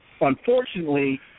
unfortunately